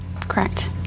Correct